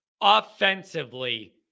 Offensively